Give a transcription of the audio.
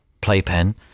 playpen